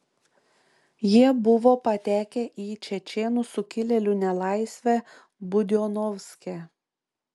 jie buvo patekę į čečėnų sukilėlių nelaisvę budionovske